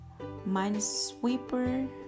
Minesweeper